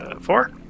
Four